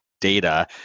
data